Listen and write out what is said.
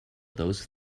those